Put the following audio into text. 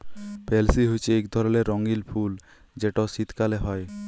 পেলসি হছে ইক ধরলের রঙ্গিল ফুল যেট শীতকাল হ্যয়